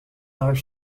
are